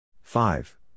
Five